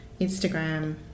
instagram